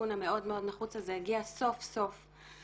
התיקון המאוד מאוד נחוץ הזה הגיע סוף סוף לדיון,